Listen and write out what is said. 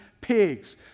pigs